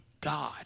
God